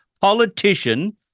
politician